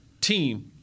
team